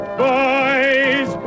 boys